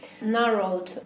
narrowed